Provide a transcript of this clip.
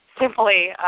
simply